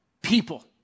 people